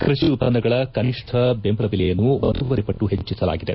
ಕೃಷಿ ಉತ್ತನ್ನಗಳ ಕನಿಷ್ಠ ಬೆಂಬಲ ಬೆಲೆಯನ್ನು ಒಂದೂವರೆ ಪಟ್ಟು ಹೆಚ್ಚಿಸಲಾಗಿದೆ